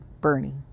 Bernie